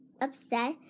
upset